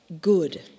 good